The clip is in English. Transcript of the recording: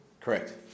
Correct